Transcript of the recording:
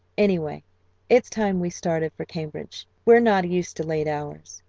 anyway it's time we started for cambridge, we're not used to late hours.